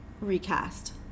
recast